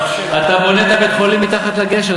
אתה בונה את בית-החולים מתחת לגשר.